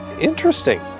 interesting